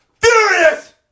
furious